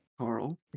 Carl